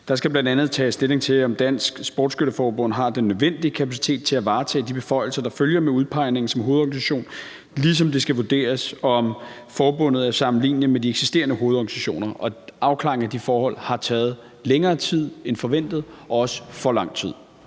Der skal bl.a. tages stilling til, om Dansk Sportsskytte Forbund har den nødvendige kapacitet til at varetage de beføjelser, der følger med udpegningen som hovedorganisation, ligesom det skal vurderes, om forbundet er sammenligneligt med de eksisterende hovedorganisationer. Og afklaringen af de forhold har taget længere tid end forventet og også for lang tid.